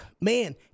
man